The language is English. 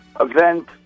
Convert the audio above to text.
event